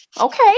Okay